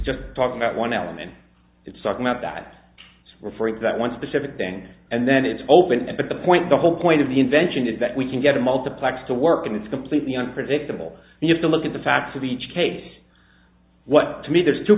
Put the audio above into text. just talking about one element it's talking about that we're afraid that one specific thing and then it's open and but the point the whole point of the invention is that we can get a multiplex to work and it's completely unpredictable you have to look at the facts of each case what to me there's two